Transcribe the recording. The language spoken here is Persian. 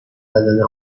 بدن